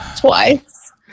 twice